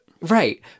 right